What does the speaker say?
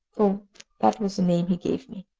for that was the name he gave me.